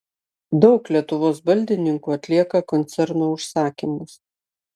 daug lietuvos baldininkų atlieka koncerno užsakymus